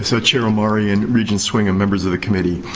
so chair omari and regent sviggum, members of the committee,